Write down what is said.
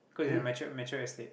cos it's a mature mature estate